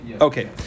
okay